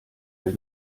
mehr